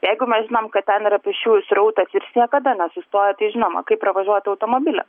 jeigu mes žinom kad ten yra pėsčiųjų srautas ir jis niekada nesustoja tai žinoma kaip pravažiuoti automobiliam